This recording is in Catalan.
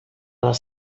les